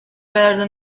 better